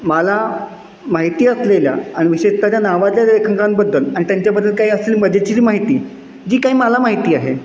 मला माहिती असलेल्या आणि विशेषत ज्या नावाजलेल्या लेखकांबद्दल आणि त्यांच्याबद्दल काही असलेली मजेशीर माहिती जी काही मला माहिती आहे